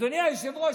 אדוני היושב-ראש,